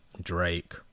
Drake